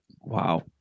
Wow